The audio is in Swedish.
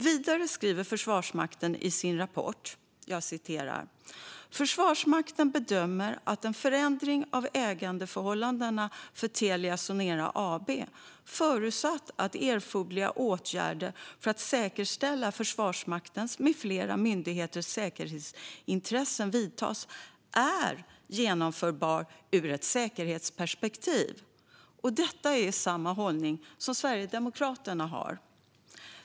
Vidare skriver Försvarsmakten i sin rapport: "Försvarsmakten bedömer att en förändring av ägarförhållandena för TeliaSonera AB - förutsatt att erforderliga åtgärder för att säkerställa Försvarsmaktens m fl myndigheters säkerhetsintressen vidtas - är genomförbar ur ett säkerhetsperspektiv." Detta är samma hållning som Sverigedemokraterna har.